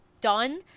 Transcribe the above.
done